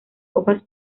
hojas